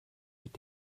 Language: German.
mit